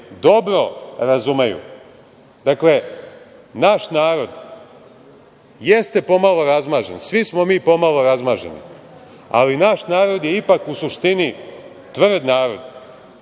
dobro razumeju. Dakle, naš narod jeste pomalo razmažen. Svi smo mi pomalo razmaženi, ali naš narod je ipak u suštini tvrd narod.